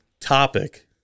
topic